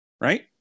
right